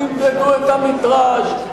תמדדו את המטרז',